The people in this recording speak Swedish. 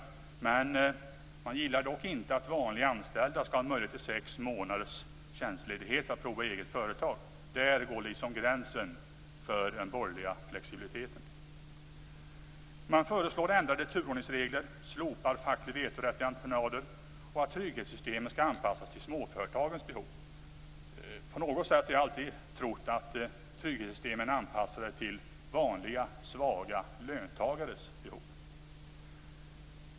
Man gillar dock inte att vanliga anställda skall ha möjlighet till sex månaders tjänstledighet för att prova eget företag. Där går liksom gränsen för den borgerliga flexibiliteten. Man föreslår ändrade turordningsregler, slopad facklig vetorätt vid entreprenader och att trygghetssystemen anpassas till småföretagens behov. På något sätt har jag alltid trott att trygghetssystemen är anpassade till vanliga svaga löntagares behov.